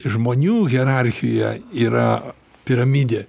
žmonių hierarchija yra piramidė